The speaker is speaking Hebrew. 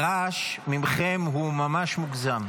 הרעש מכם הוא ממש מוגזם,